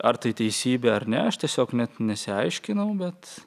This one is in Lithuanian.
ar tai teisybė ar ne aš tiesiog net nesiaiškinau bet